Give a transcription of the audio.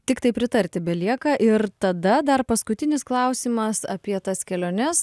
tiktai pritarti belieka ir tada dar paskutinis klausimas apie tas keliones